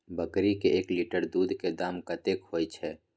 बकरी के एक लीटर दूध के दाम कतेक होय छै?